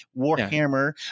warhammer